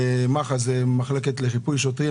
מח"ש זו מחלקה לחיפוי שוטרים.